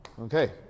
okay